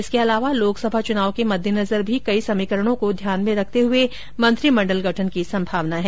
इसके अलावा लोकसभा चुनाव के मद्देनजर भी कई समीकरणों को ध्यान में रखते हुए मंत्रिमंडल गठन की संभावना है